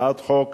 הצעת חוק